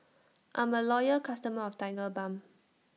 I'm A Loyal customer of Tigerbalm